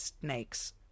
snakes